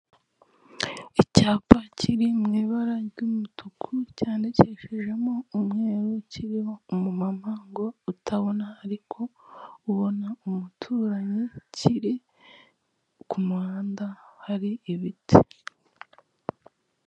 Icyapa kiri mu ibara ry'umutuku cyandikeshejemo umweru kiriho umumama ngo utabona ariko ubona umuturanyi kiri ku muhanda hari ibiti.